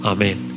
Amen